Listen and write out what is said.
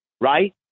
right